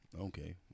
okay